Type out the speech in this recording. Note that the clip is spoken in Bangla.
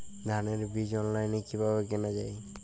ধানের বীজ অনলাইনে কিভাবে কেনা যায়?